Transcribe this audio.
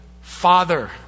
father